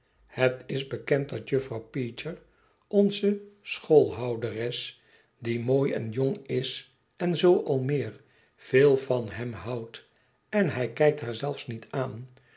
het is bekend dat jufiroaw peecher onze scboolhouderes die mooi en jong is en zoo al meer veel van hem houdt en hij kijkt haar zel niet aan